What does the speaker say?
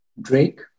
Drake